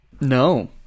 No